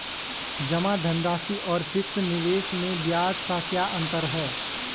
जमा धनराशि और फिक्स निवेश में ब्याज का क्या अंतर है?